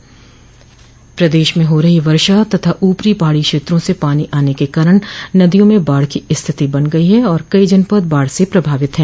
प्रदेश में हो रही वर्षा तथा ऊपरी पहाड़ी क्षेत्रों से पानी आने के कारण नदियों में बाढ़ की स्थिति बन गई है और कई जनपद बाढ़ से प्रभावित है